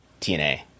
TNA